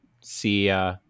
see